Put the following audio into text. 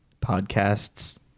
Podcasts